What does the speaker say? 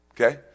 Okay